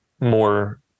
more